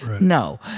No